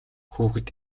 хүүхэд